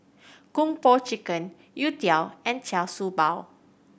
Kung Po Chicken youtiao and Char Siew Bao